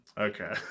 Okay